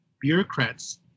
bureaucrats